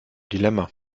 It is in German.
dilemma